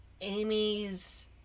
Amy's